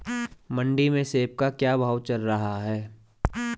मंडी में सेब का क्या भाव चल रहा है?